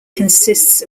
consists